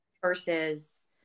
versus